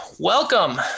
Welcome